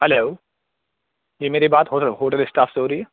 hello جی میری بات ہورو ہوٹل ہوٹل اسٹاف سے ہو رہی ہے